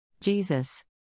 Jesus